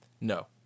No